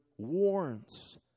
warns